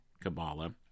Kabbalah